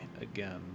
again